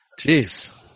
Jeez